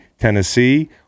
Tennessee